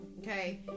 Okay